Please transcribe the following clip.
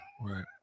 Right